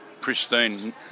pristine